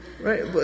Right